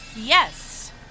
Yes